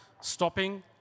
stopping